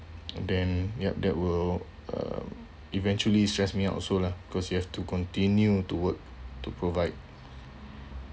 then yup that will um eventually stress me out also lah cause you have to continue to work to provide